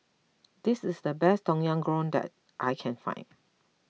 this is the best Tom Yam Goong that I can find